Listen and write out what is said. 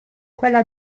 quella